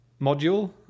module